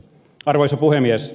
arvoisa puhemies